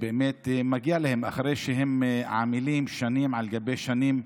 באמת מגיע להם, אחרי שהם עמלים שנים על גבי שנים.